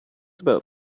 about